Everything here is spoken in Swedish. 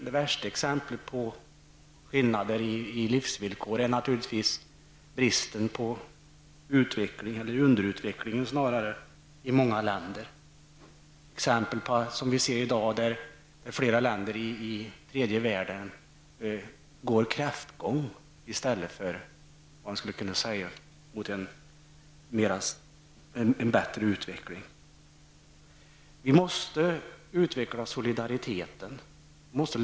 Det värsta exemplet på skillnader i livsvillkor är naturligtvis bristen på utveckling, eller snarare underutvecklingen, i många länder. Exempel som vi ser i dag är flera länder i tredje världen. De går en kräftgång i stället för mot en bättre utveckling. Vi måste utveckla solidariteten.